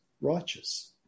righteous